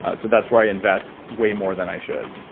ah so that's why i invest way more than i should.